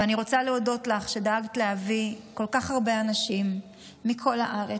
ואני רוצה להודות לך על שדאגת להביא כל כך הרבה אנשים מכל הארץ,